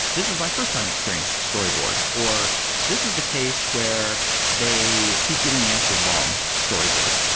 this is my first time experience storyboard, or this is the case where they keep getting the answers wrong storyboard.